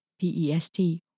P-E-S-T